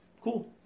Cool